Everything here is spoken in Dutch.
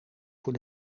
voor